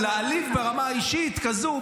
להעליב ברמה אישית כזו,